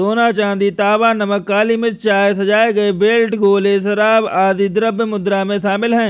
सोना, चांदी, तांबा, नमक, काली मिर्च, चाय, सजाए गए बेल्ट, गोले, शराब, आदि द्रव्य मुद्रा में शामिल हैं